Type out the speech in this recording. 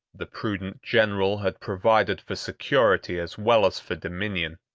the prudent general had provided for security as well as for dominion.